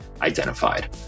identified